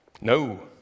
No